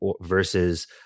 versus